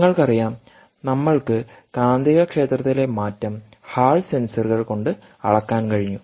നിങ്ങൾക്കറിയാം നമ്മൾക്ക് കാന്തികക്ഷേത്രത്തിലെ മാറ്റം ഹാൾ സെൻസറുകൾ കൊണ്ട് അളക്കാൻ കഴിഞ്ഞു